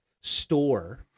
store